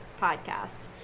podcast